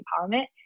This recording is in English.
empowerment